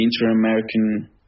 Inter-American